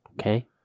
Okay